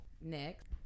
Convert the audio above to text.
Next